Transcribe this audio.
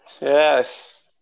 Yes